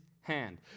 hand